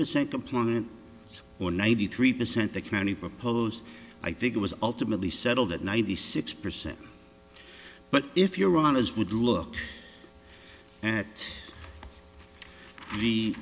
percent compliance or ninety three percent the county proposed i think it was ultimately settled at ninety six percent but if you're honest would look a